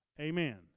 Amen